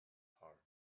heart